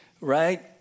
right